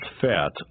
fat